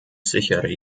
sichere